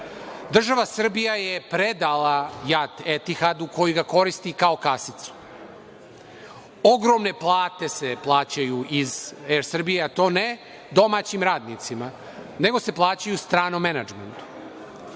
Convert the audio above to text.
računa o svom, predala JAT „Etihadu“ koji ga koristi kao kasicu. Ogromne plate se plaćaju iz „ER Srbija“, i to ne domaćim radnicima, nego se plaćaju stranom menadžmentu.